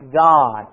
God